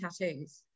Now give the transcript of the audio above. tattoos